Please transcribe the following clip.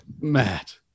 Matt